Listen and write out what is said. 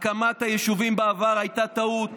הקמת היישובים בעבר הייתה טעות.